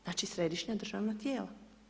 Znači, središnja državna tijela.